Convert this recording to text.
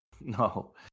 No